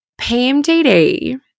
PMDD